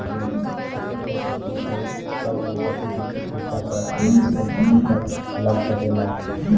अचल संपत्ति अउर चल संपत्ति के कुछ हिस्सा पर आवर्ती संपत्ति कर लाग सकेला